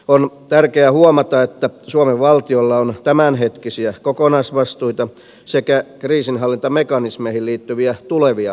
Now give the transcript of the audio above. on tärkeä huomata että suomen valtiolla on tämänhetkisiä kokonaisvastuita sekä kriisinhallintamekanismeihin liittyviä tulevia vastuita